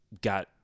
got